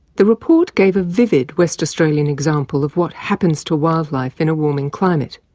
the report gave a vivid west australian example of what happens to wildlife in a warming climate.